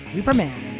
Superman